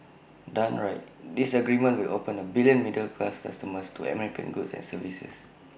done right this agreement will open A billion middle class customers to American goods and services